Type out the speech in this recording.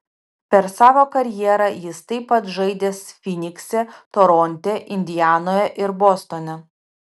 per savo karjerą jis taip pat žaidęs fynikse toronte indianoje ir bostone